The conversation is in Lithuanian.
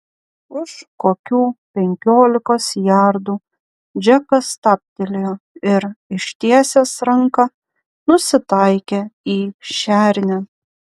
už kokių penkiolikos jardų džekas stabtelėjo ir ištiesęs ranką nusitaikė į šernę